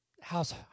House